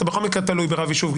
אתה בכל מקרה תלוי ברב יישוב,